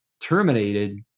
terminated